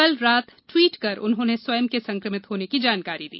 कल रात ट्वीट कर उन्होंने स्वयं के संकमित होने की जानकारी दी